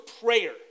prayer